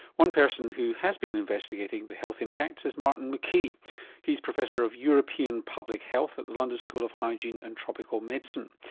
one person who has been investigating the health impacts is martin mckee who's professor of european public health at the london school of hygiene and tropical medicine,